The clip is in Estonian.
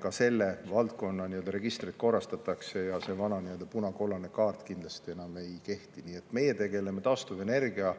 ka selle valdkonna registrit korrastatakse ja see vana punakollane kaart kindlasti enam ei kehti. Nii et meie tegeleme taastuvenergia